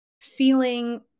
feeling